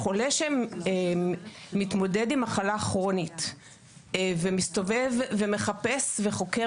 חולה שמתמודד עם מחלה כרונית ומסתובב ומחפש וחוקר